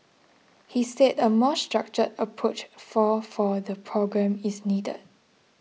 he said a more structured approach for for the programme is needed